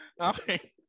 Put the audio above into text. Okay